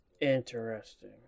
Interesting